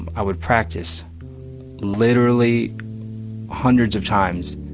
i would practice literally hundreds of times.